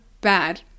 bad